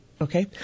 Okay